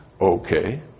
okay